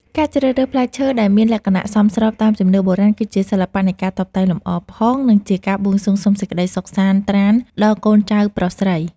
ការជ្រើសរើសផ្លែឈើដែលមានលក្ខណៈសមស្របតាមជំនឿបុរាណគឺជាសិល្បៈនៃការតុបតែងលម្អផង និង ជាការបួងសួងសុំសេចក្តីសុខសាន្តត្រាណដល់កូនចៅប្រុសស្រី។